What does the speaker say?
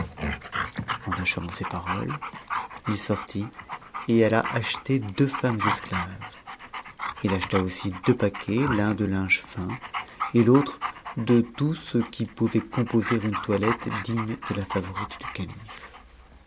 en achevant ces paroles il sortit et alla acheter deux femmes esclaves it acheta aussi deux paquets l'un de linge fin et l'autre de tout ce qui pouvait composer une toilette digne de la tavorite du calife